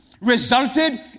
resulted